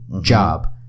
job